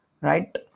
right